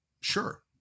Sure